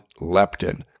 leptin